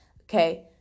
Okay